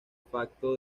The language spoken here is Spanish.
facto